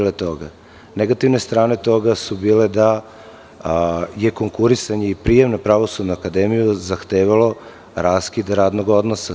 Negativne strane toga su bile da je konkurisanje i prijem na Pravosudnu akademiju zahtevalo raskid radnog odnosa.